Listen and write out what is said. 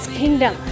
kingdom